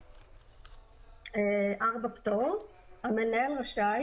פטור המנהל רשאי,